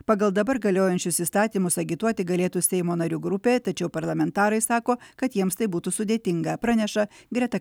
pagal dabar galiojančius įstatymus agituoti galėtų seimo narių grupė tačiau parlamentarai sako kad jiems tai būtų sudėtinga praneša greta